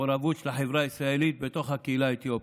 מעורבות של החברה הישראלית בתוך הקהילה האתיופית.